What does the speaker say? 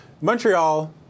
Montreal